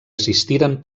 assistiren